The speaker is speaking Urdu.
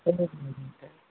چلیے ٹھیک ہے پھر